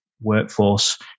workforce